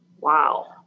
Wow